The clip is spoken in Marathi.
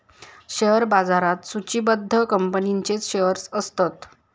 शेअर बाजारात सुचिबद्ध कंपनींचेच शेअर्स असतत